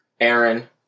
Aaron